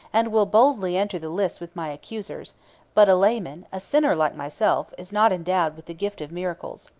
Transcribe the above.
and will boldly enter the lists with my accusers but a layman, a sinner like myself, is not endowed with the gift of miracles.